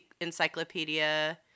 encyclopedia